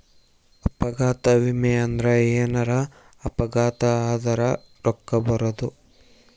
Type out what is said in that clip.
ಅಪಘಾತ ವಿಮೆ ಅಂದ್ರ ಎನಾರ ಅಪಘಾತ ಆದರ ರೂಕ್ಕ ಬರೋದು